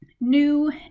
new